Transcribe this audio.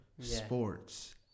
Sports